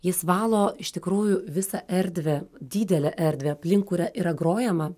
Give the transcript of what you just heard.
jis valo iš tikrųjų visą erdvę didelę erdvę aplink kurią yra grojama